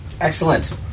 Excellent